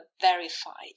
verified